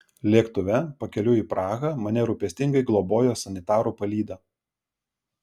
lėktuve pakeliui į prahą mane rūpestingai globojo sanitarų palyda